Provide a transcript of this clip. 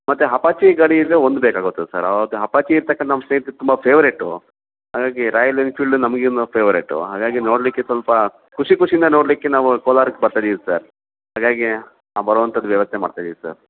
ಮತ್ತು ಅಪಾಚಿ ಗಾಡಿ ಇದ್ದರೆ ಒಂದು ಬೇಕಾಗುತ್ತೆ ಸರ್ ಅವ್ರಿಗೆ ಅಪಾಚಿ ಇರ್ತಕನ್ ನಮ್ಮ ಸ್ನೇಹಿತ್ರ್ಗೆ ತುಂಬ ಫೆವರೇಟು ಹಾಗಾಗಿ ರಾಯಲ್ ಎನ್ಫೀಲ್ಡ್ ನಮಗಿನ್ನೂ ಫೆವರೇಟು ಹಾಗಾಗಿ ನೋಡ್ಲಿಕ್ಕೆ ಸ್ವಲ್ಪ ಖುಷಿ ಖುಷಿಯಿಂದ ನೋಡಲಿಕ್ಕೆ ನಾವು ಕೋಲಾರಕ್ಕೆ ಬರ್ತಾಯಿದಿವಿ ಸರ್ ಹಾಗಾಗಿ ಆ ಬರೋವಂಥದ್ದು ವ್ಯವಸ್ಥೆ ಮಾಡ್ತಾಯಿದಿವಿ ಸರ್